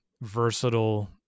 versatile